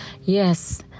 Yes